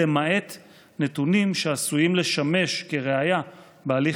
למעט נתונים שעשויים לשמש כראיה בהליך